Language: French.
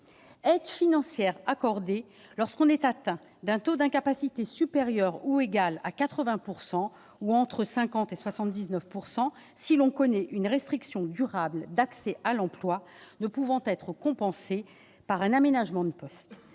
aide financière accordée aux personnes atteintes d'un taux d'incapacité supérieur ou égal à 80 % ou compris entre 50 % et 79 % en cas de restriction durable d'accès à l'emploi ne pouvant être compensée par un aménagement de poste.